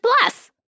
plus